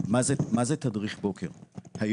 מה זה תדריך בוקר?